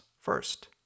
first